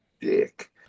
dick